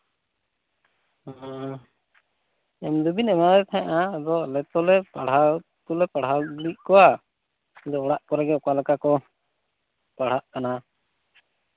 ᱦᱮᱸᱻ ᱮᱢ ᱫᱚᱵᱤᱱ ᱮᱢᱟᱫᱮ ᱛᱟᱦᱮᱸᱫᱼᱟ ᱟᱫᱚ ᱟᱞᱮ ᱛᱚᱞᱮ ᱯᱟᱲᱦᱟᱣ ᱫᱚᱞᱮ ᱯᱟᱲᱦᱟᱣ ᱞᱮᱫ ᱠᱚᱣᱟ ᱟᱫᱚ ᱚᱲᱟᱜ ᱠᱚᱨᱮᱫ ᱜᱮ ᱚᱠᱟ ᱞᱮᱠᱟ ᱠᱚ ᱯᱟᱲᱦᱟᱜ ᱠᱟᱱᱟ